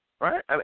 Right